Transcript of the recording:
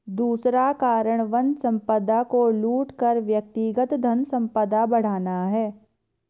दूसरा कारण वन संपदा को लूट कर व्यक्तिगत धनसंपदा बढ़ाना है